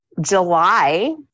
July